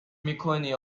میکنی